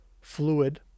fluid